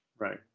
Right